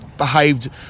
behaved